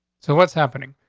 so what's happening?